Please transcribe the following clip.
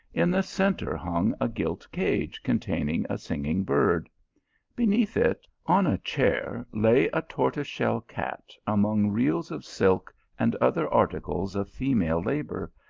in the centre hung a gilt cage con taining a singing bird beneath it, on a chair, lay a tortoise-shell cat among reels of silk and other articles of female labour,